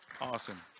Awesome